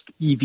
EV